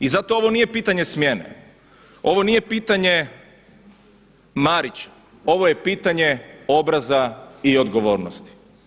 I zato ovo nije pitanje smjene, ovo nije pitanje Marića, ovo je pitanje obraza i odgovornosti.